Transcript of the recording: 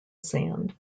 sand